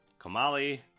Kamali